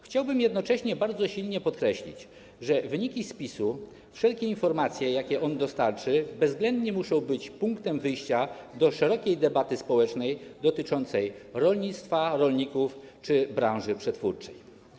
Chciałbym jednocześnie bardzo silnie podkreślić, że wyniki spisu, wszelkie informacji, jakich on dostarczy, bezwzględnie muszą być punktem wyjścia do szerokiej debaty społecznej dotyczącej rolnictwa, rolników czy branży przetwórczej.